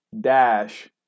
dash